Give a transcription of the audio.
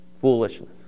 foolishness